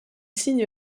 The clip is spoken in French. signe